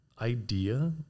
idea